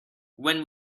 when